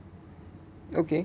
okay